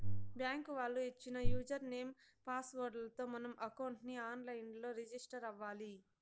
bank వాళ్ళు ఇచ్చిన user name, password లతో మనం అకౌంట్ ని ఆన్ లైన్ లో రిజిస్టర్ అవ్వాలి